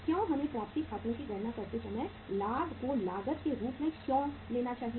क्यों हमें प्राप्ति खातों की गणना करते समय लाभ को लागत के रूप में क्यों लेना चाहिए